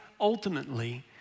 ultimately